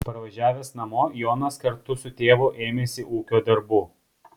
parvažiavęs namo jonas kartu su tėvu ėmėsi ūkio darbų